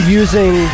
using